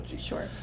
Sure